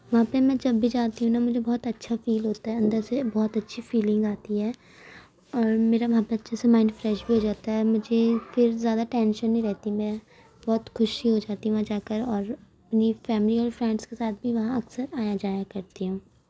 وہاں پہ میں جب بھی جاتی ہوں نا مجھے بہت اچھا فیل ہوتا اندر سے بہت اچھی فیلنگ آتی ہے اور میرا وہاں پہ اچھے سے مائنڈ فریش بھی ہو جاتا ہے مجھے پھر زیادہ ٹینشن نہیں رہتی میں بہت خوشی ہو جاتی وہاں جا کر اور اپنی فیملی اور فرینڈس کے ساتھ بھی وہاں اکثر آیا جایا کرتی ہوں